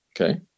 okay